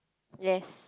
yes